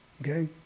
okay